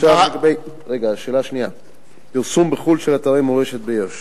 לגבי פרסום בחו"ל של אתרי מורשת ביו"ש,